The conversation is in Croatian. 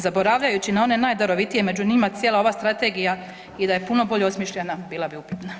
Zaboravljajući na one najdarovitije među njima cijela ova strategija i da je puno bolje osmišljena bila bi upitna.